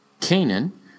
Canaan